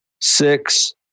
six